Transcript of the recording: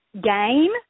game